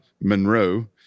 Monroe